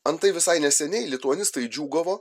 antai visai neseniai lituanistai džiūgavo